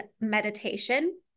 meditation